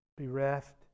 bereft